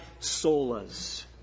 solas